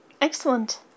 Excellent